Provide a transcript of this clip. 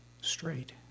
straight